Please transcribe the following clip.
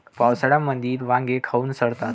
पावसाळ्यामंदी वांगे काऊन सडतात?